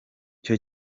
cyo